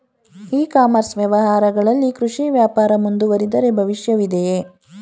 E commerce ವ್ಯವಹಾರಗಳಲ್ಲಿ ಕೃಷಿ ವ್ಯಾಪಾರ ಮುಂದುವರಿದರೆ ಭವಿಷ್ಯವಿದೆಯೇ?